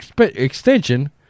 extension